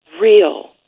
real